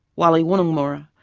wali wunungmurra,